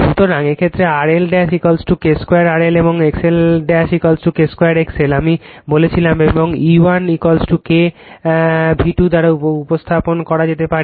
সুতরাং এই ক্ষেত্রে এই R L K 2 R L এবং X L K 2 X L আমি বলেছিলাম এবং E1 কে K V2 দ্বারা উপস্থাপন করা যেতে পারে